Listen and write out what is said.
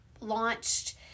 launched